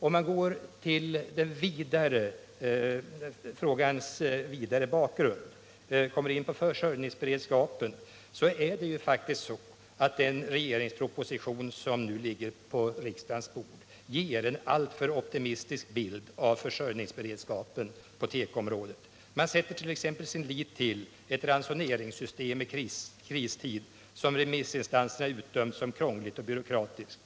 : Om man går till frågans vidare bakgrund, måste man faktiskt konstatera att den regeringsproposition som nu ligger på riksdagens bord ger en alltför optimistisk bild av försörjningsberedskapen på tekoområdet. Regeringen sätter t.ex. sin lit till ett ransoneringssystem i kristid som remissinstanserna utdömt som krångligt och byråkratiskt.